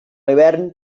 hivern